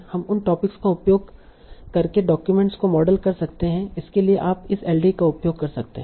हम उन टॉपिक्स का उपयोग करके डाक्यूमेंट्स को मॉडल कर सकते हैं इसके लिए आप इस एलडीए का उपयोग कर सकते हैं